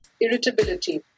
irritability